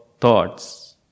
thoughts